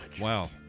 Wow